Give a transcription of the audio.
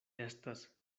estas